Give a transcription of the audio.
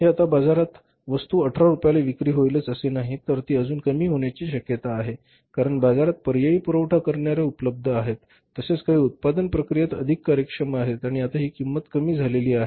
हे आता बाजारात वस्तू १८ रुपयाला विक्री होईलच असे नाही तर ती अजून कमी होण्याची शक्यता आहे कारण बाजारात पर्यायी पुरवठा करणारे उपलब्ध आहेत तसेच काही उत्पादन प्रक्रियेत अधिक कार्यक्षम आहेत आणि आता किंमत ही कमी झालेली आहे